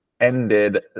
ended